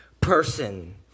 person